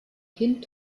kind